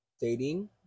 dating